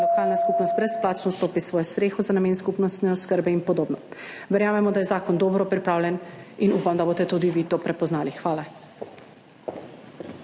lokalna skupnost brezplačno odstopita svojo streho za namen skupnostne oskrbe in podobno. Verjamemo, da je zakon dobro pripravljen in upam, da boste tudi vi to prepoznali. Hvala.